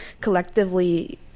collectively